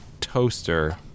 toaster